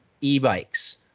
e-bikes